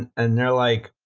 and and they're like,